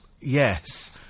Yes